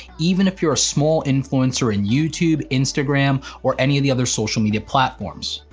even if you're a small influencer in youtube, instagram or any of the other social media platforms.